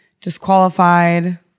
disqualified